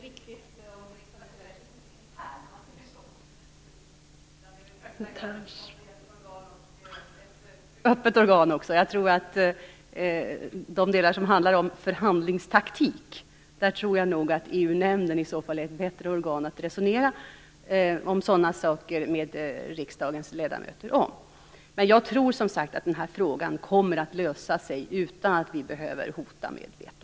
Herr talman! Jag vet inte riktigt om riksdagen är "internt", utan riksdagen är ju ett offentligt och öppet organ. När det gäller de delar som handlar om förhandlingstaktik tror jag nog att EU-nämnden i så fall är ett bättre organ för resonemang med riksdagens ledamöter om sådana här saker. Jag tror, som sagt, att frågan löses utan att vi behöver hota med ett veto.